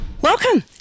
Welcome